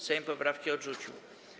Sejm poprawki odrzucił.